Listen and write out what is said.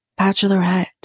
Bachelorette